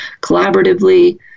collaboratively